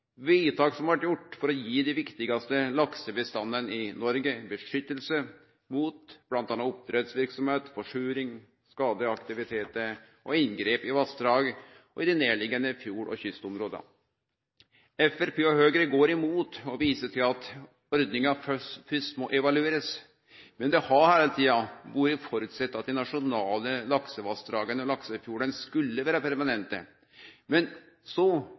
som blei gjorde for å gi dei viktigaste laksebestandane i Noreg vern mot bl.a. oppdrettsverksemd, forsuring, skadelege aktivitetar og inngrep i vassdrag og i dei nærliggande fjord- og kystområda. Framstegspartiet og Høgre går imot og viser til at ordninga fyrst må evaluerast, men det har heile tida vore føresett at dei nasjonale laksevassdraga og laksefjordane skulle vere permanente. Men